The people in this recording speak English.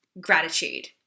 gratitude